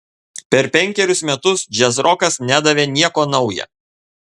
per penkerius metus džiazrokas nedavė nieko nauja